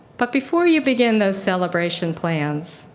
but before you begin those celebration plans,